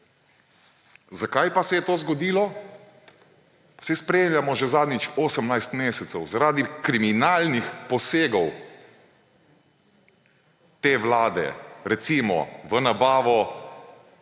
Zakaj pa se je to zgodilo? Saj spremljamo že zadnjih 18 mesecev – zaradi kriminalnih posegov te vlade, recimo v nabavo